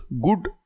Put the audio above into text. good